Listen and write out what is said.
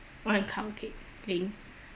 what a thoug~ thing